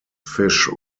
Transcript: fish